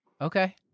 Okay